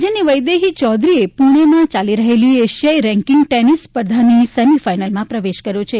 રાજ્યની વૈદેહી ચૌધરીએ પુણેમાં ચાલી રહેલી એશિયાઈ રેન્કિંગ ટેનિસ સ્પર્ધાની સેમિફાઇનલમાં પ્રવેશ કર્યો છે